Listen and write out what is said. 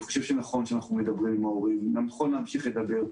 אני חושב שנכון שאנחנו מדברים עם ההורים ונכון להמשיך לדבר.